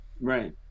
right